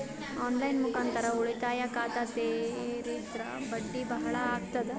On line ಮುಖಾಂತರ ಉಳಿತಾಯ ಖಾತ ತೇರಿದ್ರ ಬಡ್ಡಿ ಬಹಳ ಅಗತದ?